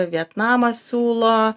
vietnamą siūlo